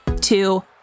two